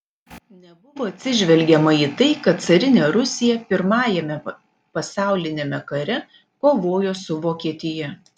nebuvo atsižvelgiama į tai kad carinė rusija pirmajame pasauliniame kare kovojo su vokietija